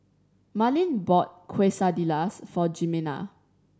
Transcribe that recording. Marlin bought Quesadillas for Jimena